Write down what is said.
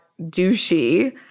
douchey